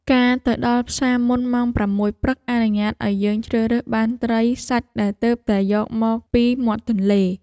ការទៅដល់ផ្សារមុនម៉ោងប្រាំមួយព្រឹកអនុញ្ញាតឱ្យយើងជ្រើសរើសបានត្រីសាច់ដែលទើបតែយកមកពីមាត់ទន្លេ។